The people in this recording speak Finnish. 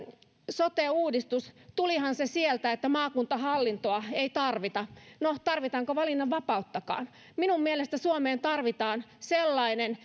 sote uudistus tulihan se sieltä että maakuntahallintoa ei tarvita no tarvitaanko valinnanvapauttakaan minun mielestäni suomeen tarvitaan sellainen